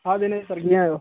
हा दिनेश सर कीअं आहियो